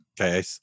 okay